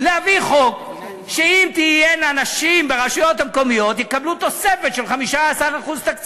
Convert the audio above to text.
להביא חוק שאם תהיינה נשים ברשויות המקומיות יקבלו תוספת תקציב של 15%?